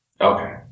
Okay